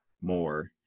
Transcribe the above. more